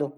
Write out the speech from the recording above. ।